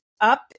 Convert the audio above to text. up